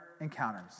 encounters